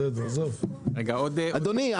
אדוני,